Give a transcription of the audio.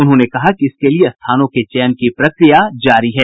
उन्होंने कहा कि इसके लिए स्थानों के चयन की प्रक्रिया जारी है